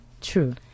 True